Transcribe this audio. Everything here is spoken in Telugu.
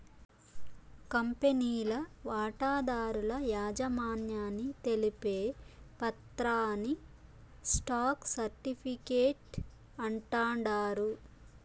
కంపెనీల వాటాదారుల యాజమాన్యాన్ని తెలిపే పత్రాని స్టాక్ సర్టిఫీకేట్ అంటాండారు